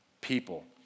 people